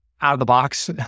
out-of-the-box